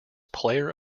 player